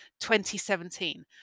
2017